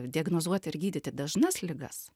diagnozuoti ir gydyti dažnas ligas